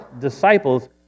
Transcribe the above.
disciples